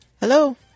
Hello